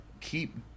keep